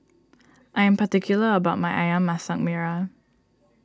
I'm particular about my Ayam Masak Merah